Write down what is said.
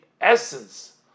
essence